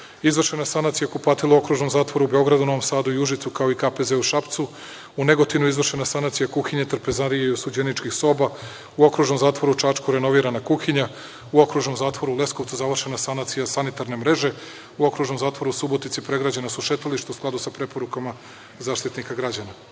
izvršena sanacija kupatila u Okružnom zatvoru u Beogradu, Novom Sadu i Užicu, kao i KPZ u Šapcu. U Negotinu je izvršena sanacija kuhinje, trpezarije i osuđeničkih soba, u Okružnom zatvoru u Čačku renovirana je kuhinja, u Okružnom zatvoru u Leskovcu završena sanacija sanitarne mreže, u Okružnom zatvoru u Subotici pregrađena su šetališta u skladu sa preporukama Zaštitnika građana.U